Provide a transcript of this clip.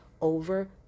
over